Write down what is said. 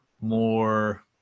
more